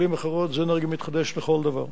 במלים אחרות, זו אנרגיה מתחדשת לכל דבר.